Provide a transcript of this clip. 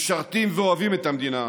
משרתים ואוהבים את המדינה,